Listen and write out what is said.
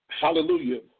hallelujah